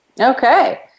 Okay